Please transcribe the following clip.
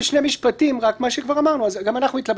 כל הטיעון שלי אומר, שלא תמו הניסוי